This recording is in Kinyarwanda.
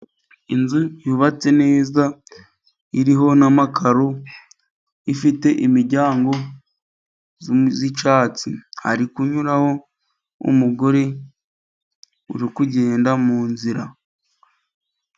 Inzu yubatse neza iriho n'amakaro, ifite imiryango y'icyatsi ,hari kunyuraho umugore urikugenda mu nzira.